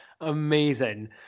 amazing